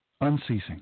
Unceasing